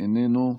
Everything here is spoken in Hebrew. איננו,